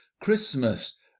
Christmas